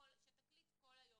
שתקליט כל היום.